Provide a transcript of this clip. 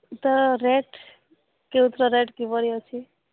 ତ ରେଟ କେଉଁଥିର ରେଟ କିଭଳି ଅଛି